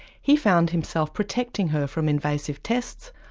he found himself protecting her from invasive tests,